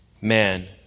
Man